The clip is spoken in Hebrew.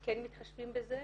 אנחנו כן מתחשבים בזה,